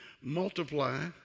multiply